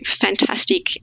fantastic